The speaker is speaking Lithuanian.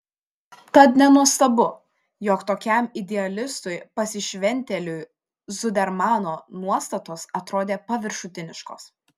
tad nenuostabu jog tokiam idealistui pasišventėliui zudermano nuostatos atrodė paviršutiniškos